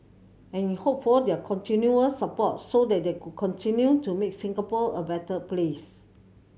and hoped for their continued support so that they could continue to make Singapore a better place